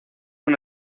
son